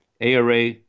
ARA